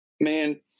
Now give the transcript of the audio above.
Man